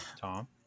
Tom